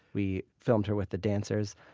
we filmed her with the dancers.